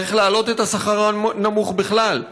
צריך להעלות את השכר הנמוך בכלל,